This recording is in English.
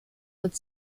would